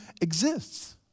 exists